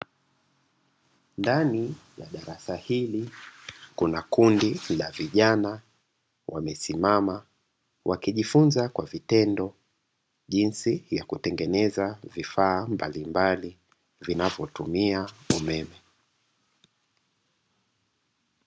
Ndani ya darasa hili kuna kundi la vijana wamesimama, wakijifunza kwa vitendo jinsi ya kutengeneza vifaa mbalimbali vinavyotumia umeme.